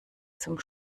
zum